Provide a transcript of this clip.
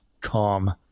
calm